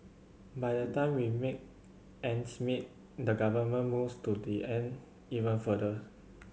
by the time we make ends meet the government moves to the end even further